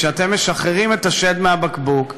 שאתם משחררים את השד מהבקבוק,